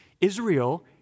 Israel